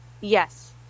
yes